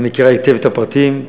את מכירה היטב את הפרטים,